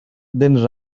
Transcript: than